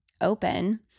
open